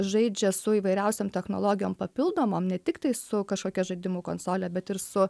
žaidžia su įvairiausiom technologijom papildomom ne tiktai su kažkokia žaidimų konsole bet ir su